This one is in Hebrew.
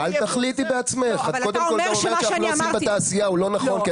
אתה אומר שמה שאני אומרת זה לא נכון.